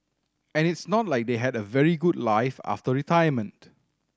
and it's not like they had a very good life after retirement